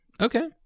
Okay